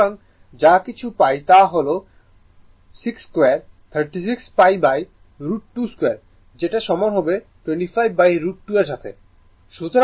সুতরাং যা কিছু পাই তা হল কণ্ট 6236π √22 যেটা সমান হবে 25 2 এর সাথে